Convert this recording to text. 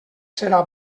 serà